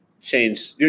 change